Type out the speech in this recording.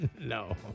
No